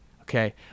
okay